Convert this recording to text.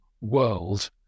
world